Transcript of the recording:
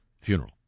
funeral